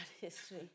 history